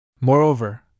Moreover